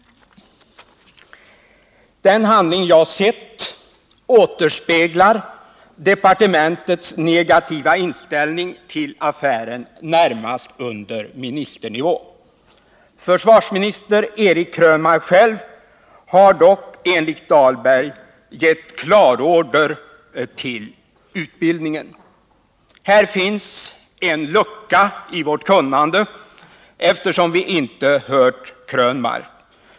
Den handling jag sett återspeglar departementets negativa inställning till affären närmast under ministernivå. Försvarsministern Eric Krönmark själv har dock enligt Dahlberg givit klarorder till utbildningen. Här finns en lucka i vårt kunnande, eftersom vi inte hört Eric Krönmark.